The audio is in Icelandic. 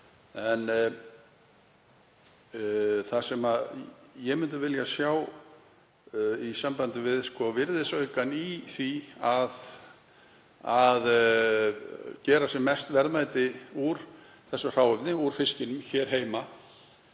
En það sem ég myndi vilja sjá í sambandi við virðisaukann í því að gera sem mest verðmæti úr þessu hráefni, úr fiskininum hér heima,